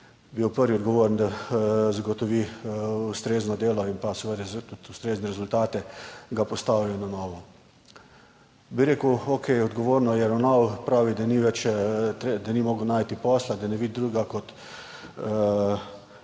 bil prvi odgovoren, da zagotovi ustrezno delo in pa seveda tudi ustrezne rezultate, ga postavijo na novo. Bi rekel, okej, odgovorno je ravnal, pravi, da ni mogel najti posla, da ne vidi drugega, kot